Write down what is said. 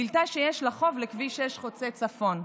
גילתה שיש לה חוב לכביש 6 חוצה צפון.